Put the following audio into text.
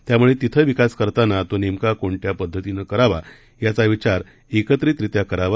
त्यामुळे तिथं विकास करताना तो नेमका कोणत्या पद्धतीनं करावा याचा विचार एकत्रितरित्या करावा